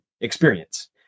experience